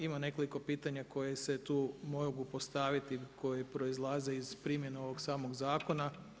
Ima nekoliko pitanja koje se tu mogu postaviti koji proizlaze iz primjene ovog samog zakona.